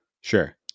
Sure